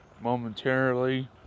momentarily